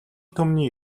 түмний